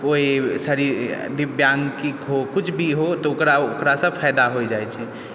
कोई शरीर दिव्यंगिक हो कुछ भी हो तऽ ओकरा ओकरा सॅं फ़ायदा हो जाइ छै